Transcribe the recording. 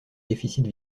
déficit